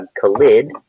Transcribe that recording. Khalid